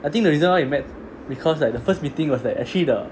I think the reason why we met because like the first meeting was like actually the